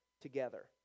together